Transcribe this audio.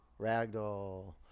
ragdoll